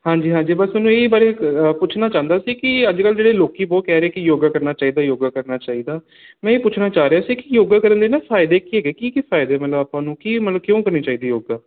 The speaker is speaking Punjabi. ਹਾਂਜੀ ਹਾਂਜੀ ਬਸ ਤੁਹਾਨੂੰ ਇਹ ਬਾਰੇ ਪੁੱਛਣਾ ਚਾਹੁੰਦਾ ਸੀ ਕਿ ਅੱਜ ਕੱਲ੍ਹ ਜਿਹੜੇ ਲੋਕ ਬਹੁਤ ਕਹਿ ਰਹੇ ਕਿ ਯੋਗਾ ਕਰਨਾ ਚਾਹੀਦਾ ਯੋਗਾ ਕਰਨਾ ਚਾਹੀਦਾ ਮੈਂ ਇਹ ਪੁੱਛਣਾ ਚਾਅ ਰਿਹਾ ਸੀ ਕਿ ਯੋਗਾ ਕਰਨ ਦੇ ਨਾ ਫ਼ਾਇਦੇ ਕੀ ਹੈਗੇ ਕੀ ਕੀ ਫ਼ਾਇਦੇ ਮਤਲਬ ਆਪਾਂ ਨੂੰ ਕੀ ਮਤਲਬ ਕਿਉਂ ਕਰਨੀ ਚਾਹੀਦੀ ਯੋਗਾ